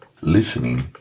listening